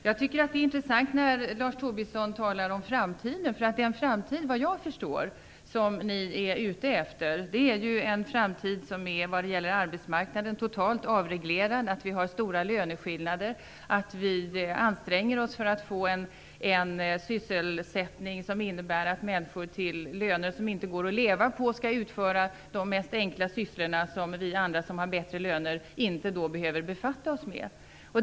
Jag tycker att det är intressant när Lars Tobisson talar om framtiden. Den framtid som jag förstår att ni är ute efter är ju en framtid som innebär en totalt avreglerad arbetsmarknad, där vi har stora löneskillnader. Det betyder att vi anstränger oss för att få en sysselsättning som innebär att människor, till löner som inte går att leva på, skall utföra de enklaste sysslorna, som vi andra som har bättre löner inte behöver befatta oss med.